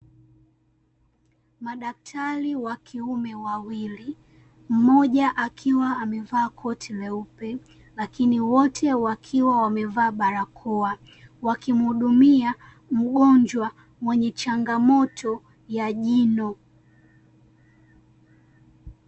Madaktari wa kiume wawili, mmoja akiwa amevaa koti leupe, lakini wote wakiwa wamevaa barakoa, wakimuhudumia mgonjwa mwenye changamoto ya jino.